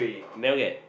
you never get